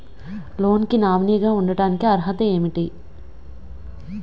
Loan కి nominee గా ఉండటానికి అర్హత ఏమిటి?